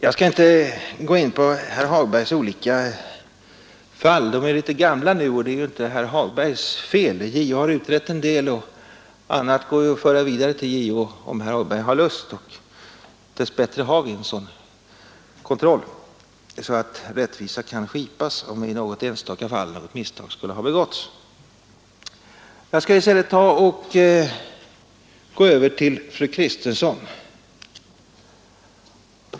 Jag skall inte gå in på herr Hagbergs olika fall — de är litet gamla nu, men det är ju inte herr Hagbergs fel. JO har utrett en del, och annat går ju att föra vidare till JO, om herr Hagberg har lust att göra det. Dess bättre har vi en sådan kontroll, att rättvisa kan skipas, om i något fall misstag skulle ha begåtts. Jag skall i stället gå över till fru Kristensson.